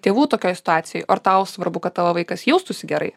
tėvų tokioj situacijoj ar tau svarbu kad tavo vaikas jaustųsi gerai